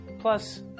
plus